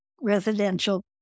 residential